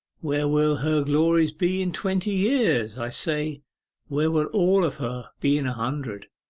where will her glories be in twenty years? i say where will all of her be in a hundred?